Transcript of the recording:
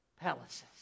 palaces